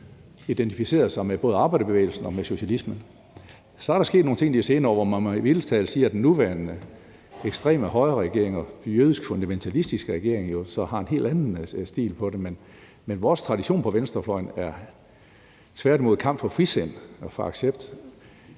identificeret sig med både arbejderbevægelsen og med socialismen. Så er der sket nogle ting de senere år, og man må mildest talt sige, at den nuværende ekstreme højreregering, i øvrigt også jødisk fundamentalistiske regering, har en helt anden stil i forhold til det. Men vores tradition på venstrefløjen er tværtimod kamp for frisind og for accept.